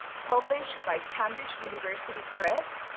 published by cambridge university press,